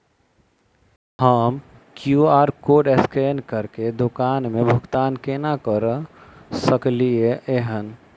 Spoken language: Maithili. हम क्यू.आर कोड स्कैन करके दुकान मे भुगतान केना करऽ सकलिये एहन?